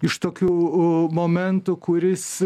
iš tokių momentų kuris